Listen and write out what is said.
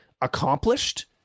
accomplished